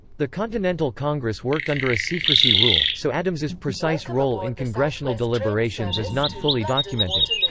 the continental congress worked under a secrecy rule, so adams's precise role in congressional deliberations is not fully documented.